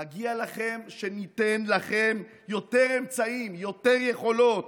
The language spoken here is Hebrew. מגיע לכם שניתן לכם יותר אמצעים, יותר יכולות,